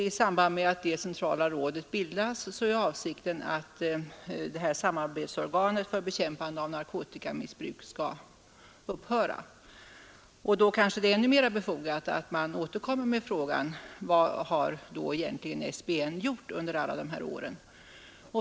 I samband med att det centrala rådet bildas är avsikten att samarbetsorganet för bekämpande av narkotikamissbruk skall upphöra, och då kanske det är ännu mer befogat att återkomma med frågan: Vad har då egentligen SBN gjort under alla dessa år?